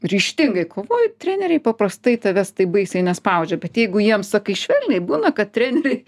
ryžtingai kovoji treneriai paprastai tavęs taip baisiai nespaudžia bet jeigu jiems sakai švelniai būna kad treneriai